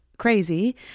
crazy